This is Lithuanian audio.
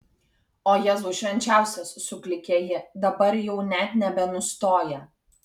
o jėzau švenčiausias suklykė ji dabar jau net nebenustoja